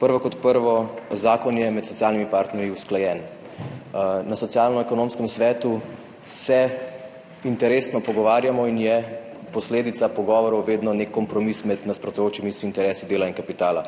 Prvo kot prvo, zakon je med socialnimi partnerji usklajen. Na Ekonomsko-socialnem svetu se interesno pogovarjamo in je posledica pogovorov vedno nek kompromis med nasprotujočimi si interesi dela in kapitala.